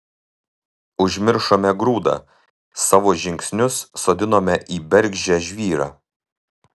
užmiršome grūdą savo žingsnius sodinome į bergždžią žvyrą